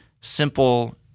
simple